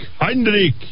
Heinrich